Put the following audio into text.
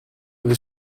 was